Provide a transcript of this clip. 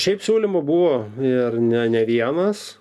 šiaip siūlymų buvo ir ne ne vienas